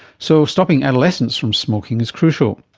so stopping adolescents from smoking is crucial.